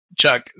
Chuck